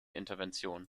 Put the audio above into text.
intervention